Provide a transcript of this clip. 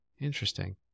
Interesting